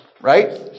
right